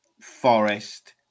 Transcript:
Forest